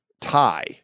tie